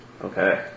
Okay